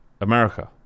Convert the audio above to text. america